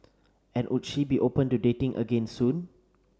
and would she be open to dating again soon